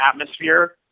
atmosphere